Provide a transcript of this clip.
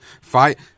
fight